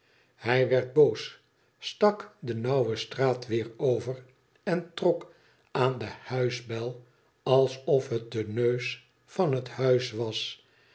hij werd boos stak de nauwe straat weer over en trok aan de huisbel alsof het de neus van het huis was